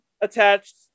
attached